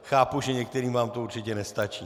Chápu, že některým vám to určitě nestačí.